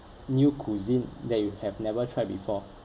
new cuisine that you have never tried before